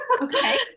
Okay